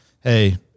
Hey